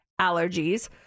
allergies